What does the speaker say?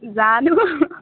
জানোঁ